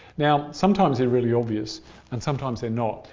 now, sometimes they're really obvious and sometimes they're not,